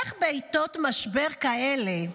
איך בעתות משבר כאלה דרשת,